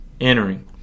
entering